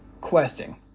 questing